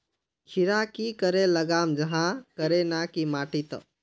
खीरा की करे लगाम जाहाँ करे ना की माटी त?